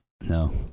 No